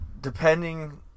depending